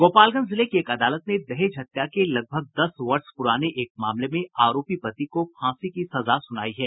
गोपालगंज जिले की एक अदालत ने दहेज हत्या के लगभग दस वर्ष पुराने एक मामले में आरोपी पति को फांसी की सजा सुनायी है